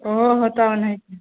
ओहो होतो ओनाहिते